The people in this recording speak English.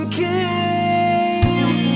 came